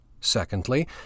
Secondly